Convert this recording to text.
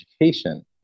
Education